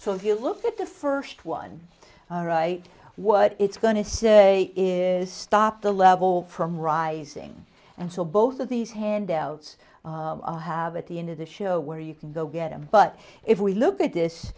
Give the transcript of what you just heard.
so if you look at the first one what it's going to say is stop the level from rising and so both of these handouts i have at the end of the show where you can go get them but if we look at this